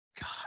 God